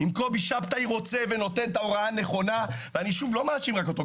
אם קובי שבתאי רוצה ונותן את ההוראה הנכונה ואני לא מאשים רק אותו,